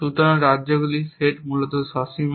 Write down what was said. সুতরাং রাজ্যগুলির সেটটি মূলত সসীম